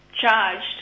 charged